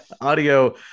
Audio